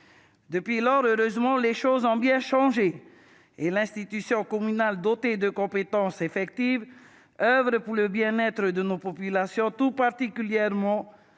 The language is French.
Depuis lors, heureusement, les choses ont bien changé. L'institution communale, dotée de compétences effectives, oeuvre au bien-être de nos populations, tout particulièrement